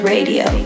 Radio